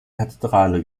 kathedrale